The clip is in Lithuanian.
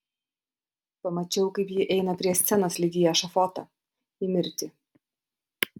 pamačiau kaip ji eina prie scenos lyg į ešafotą į mirtį